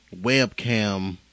webcam